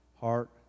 heart